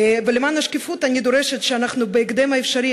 ולמען השקיפות אני דורשת שאנחנו נעבוד בהקדם האפשרי